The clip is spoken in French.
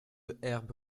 herbe